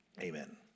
Amen